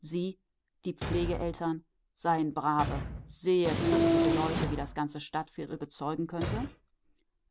sie die pflegeeltern seien brave sehr christliche leute wie das ganze stadtviertel bezeugen könnte